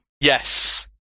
Yes